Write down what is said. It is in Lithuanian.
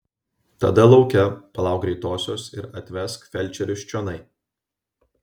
tada lauke palauk greitosios ir atvesk felčerius čionai